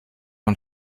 man